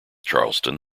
charleston